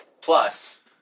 plus